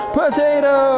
potato